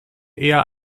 eher